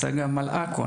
צגה מלקו,